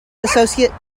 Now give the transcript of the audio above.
associates